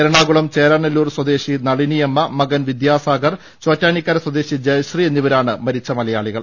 എറണാകളും ചേരാനല്ലൂർ സ്വദേശി നളിനിയമ്മ മകൻ വിദ്യാസാഗർ ചോറ്റാനിക്കർ സ്വദേശി ജയശ്രീ എന്നിവരാണ് മരിച്ച മലയാളികൾ